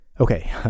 Okay